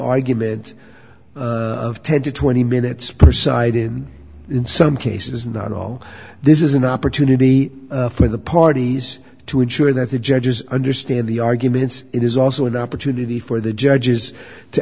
argument of ten to twenty minutes per side in in some cases not all this is an opportunity for the parties to ensure that the judges understand the arguments it is also an opportunity for the judges to